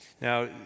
Now